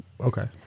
Okay